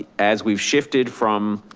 as we've shifted from